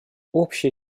общая